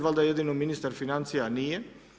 Valjda jedino ministar financija nije.